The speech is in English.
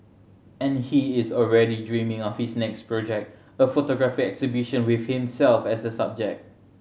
and he is already dreaming of his next project a photography exhibition with himself as the subject